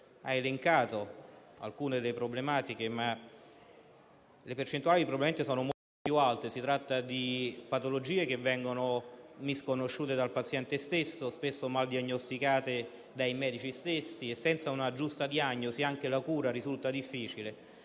ha elencato alcune delle problematiche, ma le percentuali probabilmente sono molto più alte. Si tratta di patologie che vengono misconosciute dal paziente stesso, spesso mal diagnosticate dai medici e senza una giusta diagnosi anche la cura risulta difficile.